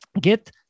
get